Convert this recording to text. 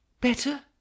Better